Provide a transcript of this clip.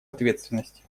ответственности